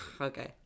okay